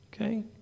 Okay